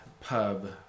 pub